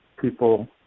people